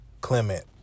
Clement